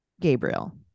Gabriel